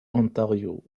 ontario